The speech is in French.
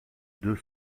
deux